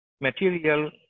material